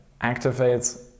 activates